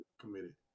committed